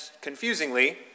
confusingly